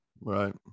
Right